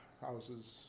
houses